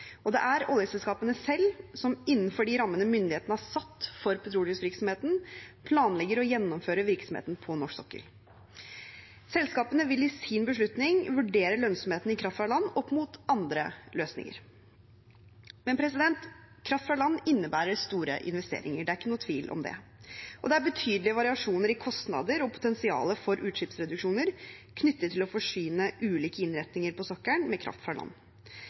og det er oljeselskapene selv som innenfor de rammene myndighetene har satt for petroleumsvirksomheten, planlegger å gjennomføre virksomheten på norsk sokkel. Selskapene vil i sin beslutning vurdere lønnsomheten i kraft fra land opp mot andre løsninger. Men kraft fra land innebærer store investeringer, det er ikke noe tvil om det. Det er betydelige variasjoner i kostnader og potensial for utslippsreduksjoner knyttet til å forsyne ulike innretninger på sokkelen med kraft fra land. Blant annet må det også være kraft tilgjengelig i tilkoblingspunktet på land.